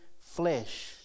flesh